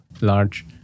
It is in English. large